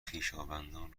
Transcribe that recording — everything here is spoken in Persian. خویشاوندان